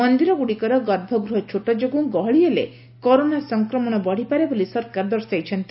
ମନ୍ଦିରଗୁଡ଼ିକର ଗର୍ଭଗୃହ ଛୋଟ ଯୋଗୁଁ ଗହଳି ହେଲେ କରୋନା ସଂକ୍ରମଣ ବଢ଼ିପାରେ ବୋଲି ସରକାର ଦର୍ଶାଇଛନ୍ତି